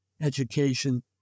education